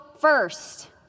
first